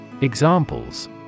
Examples